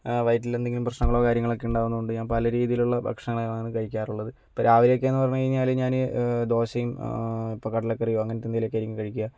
ആ വയറ്റിലെന്തെങ്കിലും പ്രശ്നങ്ങളോ കാര്യങ്ങളൊക്കെ ഉണ്ടാകുന്നത് കൊണ്ട് ഞാൻ പല രീതിയിലുള്ള ഭക്ഷണങ്ങളാണ് കഴിക്കാറുള്ളത് ഇപ്പം രാവിലെയൊക്കെയെന്ന് പറഞ്ഞ് കഴിഞ്ഞാൽ ഞാൻ ദോശയും ആ ഇപ്പം കടലക്കറിയും അങ്ങനത്തെ എന്തെങ്കിലുമൊക്കെ ആയിരിക്കും കഴിക്കുക